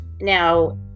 Now